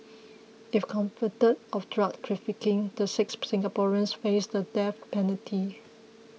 if convicted of drug trafficking the six Singaporeans face the death penalty